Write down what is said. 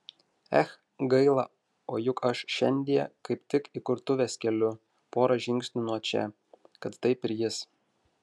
ech gaila o juk aš šiandie kaip tik įkurtuves keliu pora žingsnių nuo čia kad taip ir jis